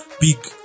big